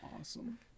awesome